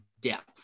depth